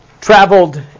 traveled